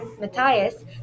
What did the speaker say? Matthias